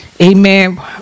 Amen